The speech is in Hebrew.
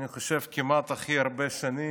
אני חושב, כמעט הכי הרבה שנים,